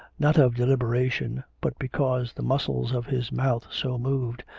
not of de liberation, but because the muscles of his mouth so moved,